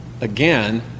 Again